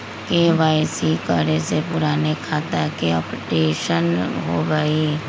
KYC करें से पुराने खाता के अपडेशन होवेई?